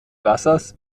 wassers